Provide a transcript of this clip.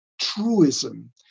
truism